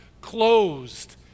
closed